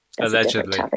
Allegedly